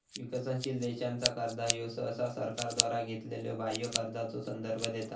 विकसनशील देशांचा कर्जा ह्यो सहसा सरकारद्वारा घेतलेल्यो बाह्य कर्जाचो संदर्भ देता